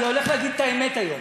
אני הולך להגיד את האמת היום.